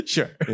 Sure